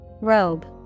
Robe